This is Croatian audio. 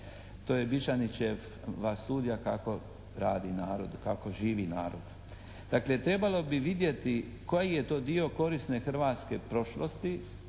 to je Bičanićeva studija kako radi narod, kako živi narod. Dakle trebalo bi vidjeti koji je to dio korisne hrvatske prošlosti,